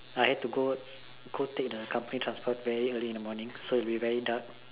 I had to go go take the company transport early in the morning so it will be very dark